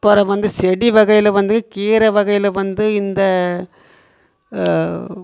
அப்புறோம் வந்து செடி வகையில் வந்து கீரை வகையில் வந்து இந்த